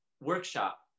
workshop